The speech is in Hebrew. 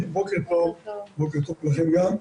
בוקר טוב לכם גם.